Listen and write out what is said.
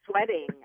sweating